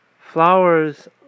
Flowers